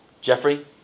Jeffrey